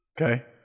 Okay